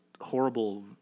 horrible